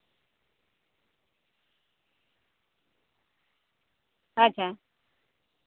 ᱟᱪᱪᱷᱟ